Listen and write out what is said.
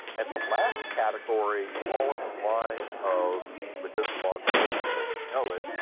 and the last category, all in the line of within the laws of physics as we know it,